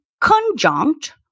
conjunct